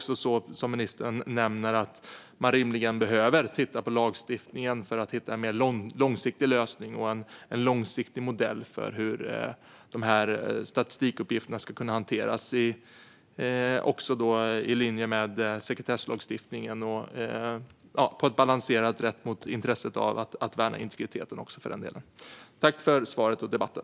Som ministern nämnde behöver man rimligen titta på lagstiftningen för att hitta en mer långsiktig lösning och modell för hur statistikuppgifterna ska kunna hanteras i linje med sekretesslagstiftningen och rätt balanserat mot intresset att värna integriteten. Tack för svaret och debatten!